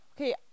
Okay